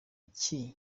iki